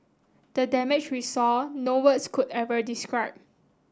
the damage we saw no words could ever describe